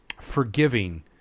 forgiving